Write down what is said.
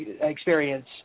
experience